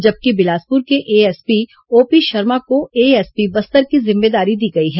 जबकि बिलासपुर के ASP OP Sharma को एएसपी बस्तर की जिम्मेदारी दी गई है